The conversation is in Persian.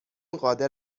قادر